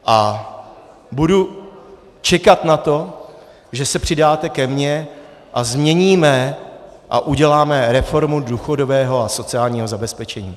A budu čekat na to, že se přidáte ke mně a změníme a uděláme reformu důchodového a sociálního zabezpečení.